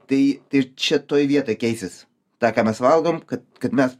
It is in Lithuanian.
tai tai čia toj vietoj keisis tą ką mes valgom kad kad mes